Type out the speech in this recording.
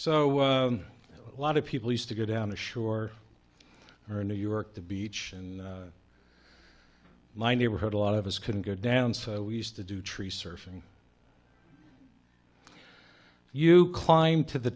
so a lot of people used to go down the shore or new york the beach and my neighborhood a lot of us couldn't go down so we used to do tree surf and you climb to the